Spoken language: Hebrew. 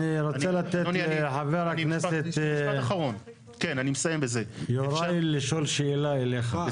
אני רוצה לתת לחבר הכנסת יוראי לשאול שאלה אליך.